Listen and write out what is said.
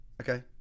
okay